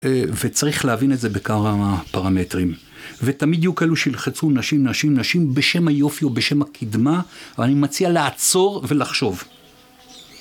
וצריך להבין את זה בכמה פרמטרים. ותמיד יהיו כאילו שילחצו נשים, נשים, נשים, בשם היופי או בשם הקדמה, ואני מציע לעצור ולחשוב.